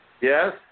Yes